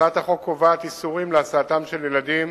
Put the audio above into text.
הצעת החוק קובעת איסורים להסעתם של ילדים